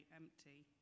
empty